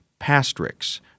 Pastrix